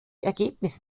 ergebnis